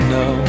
no